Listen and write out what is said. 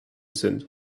sind